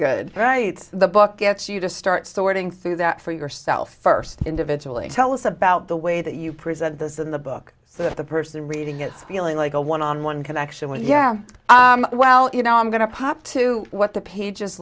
good writes the book gets you to start sorting through that for yourself first individually tell us about the way that you present this in the book so that the person reading it feeling like a one on one connection with yeah well you know i'm going to pop to what the pages